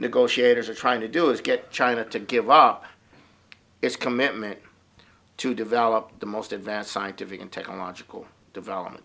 negotiators are trying to do is get china to give up its commitment to develop the most advanced scientific and technological development